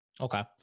Okay